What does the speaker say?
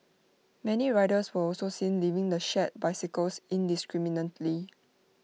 many riders were also seen leaving the shared bicycles indiscriminately